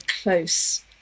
close